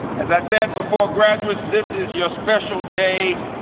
as i said before, graduates, this is your special day.